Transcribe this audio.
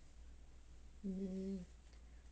嗯